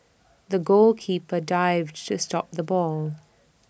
the goalkeeper dived to stop the ball